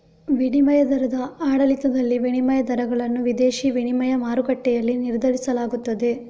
ವಿನಿಮಯ ದರದ ಆಡಳಿತದಲ್ಲಿ, ವಿನಿಮಯ ದರಗಳನ್ನು ವಿದೇಶಿ ವಿನಿಮಯ ಮಾರುಕಟ್ಟೆಯಲ್ಲಿ ನಿರ್ಧರಿಸಲಾಗುತ್ತದೆ